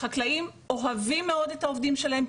החקלאים אוהבים מאוד את העובדים שלהם,